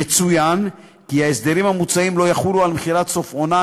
יצוין כי ההסדרים המוצעים לא יחולו על מכירת סוף עונה,